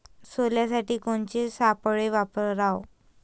सोल्यासाठी कोनचे सापळे वापराव?